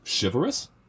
Chivalrous